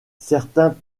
certains